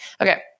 Okay